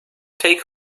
take